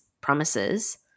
promises